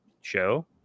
show